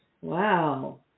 Wow